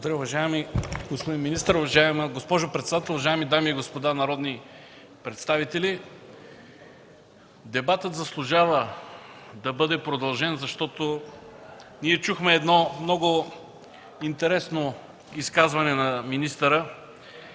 (ДПС): Уважаема госпожо председател, уважаеми господин министър, уважаеми дами и господа народни представители! Дебатът заслужава да бъде продължен, защото чухме едно много интересно изказване на министъра,